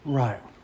right